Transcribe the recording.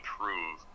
prove